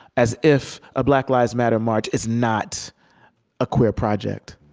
as if a black lives matter march is not a queer project,